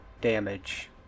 damage